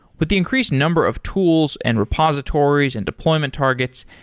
with the increased number of tools and repositories and deployment targets,